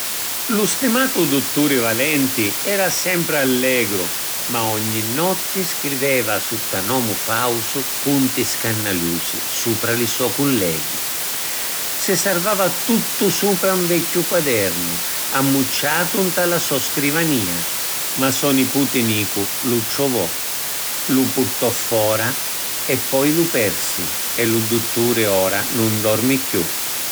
Lu stimatu dutturi Valenti era sempri allegru, ma ogni notti scriveva sutta nomu fausu cunti scannaliusi supra li sò culleghi. Si servava tuttu supra 'n vecchiu quadernu ammucciatu nta la so scrivania. Ma so niputi nicu lu truvò, lu purtò fora e poi lu persi. E lu dutturi ora nun dormi chiù.